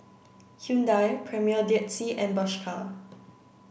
Hyundai Premier Dead Sea and Bershka